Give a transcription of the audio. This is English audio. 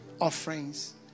offerings